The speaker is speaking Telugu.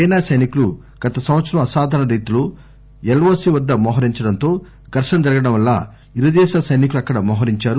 చైనా సైనికులు గత సంవత్సరం అసాధారణ రీతిలో ఎల్ఎసి వద్ద మోహరించడంతో ఘర్షణ జరగడం వల్ల ఇరుదేశాల సైనికులు అక్కడ మోహరించారు